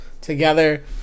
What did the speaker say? together